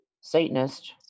Satanist